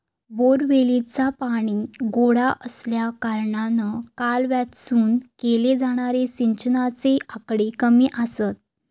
बोअरवेलीचा पाणी गोडा आसल्याकारणान कालव्यातसून केले जाणारे सिंचनाचे आकडे कमी आसत